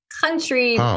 country